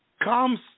comes